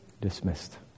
Dismissed